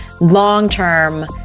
long-term